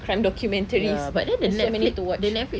crime documentaries but then there's so many to watch